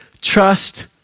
trust